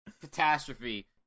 catastrophe